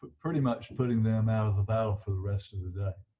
pretty much putting them out of the battle for the rest of the day